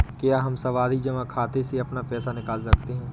क्या हम सावधि जमा खाते से अपना पैसा निकाल सकते हैं?